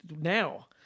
now